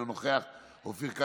אינו נוכח,